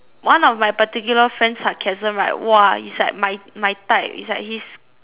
one of my particular friend's sarcasm right !wah! is like my my type is like he's